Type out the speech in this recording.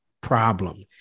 problem